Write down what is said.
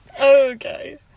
Okay